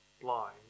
blind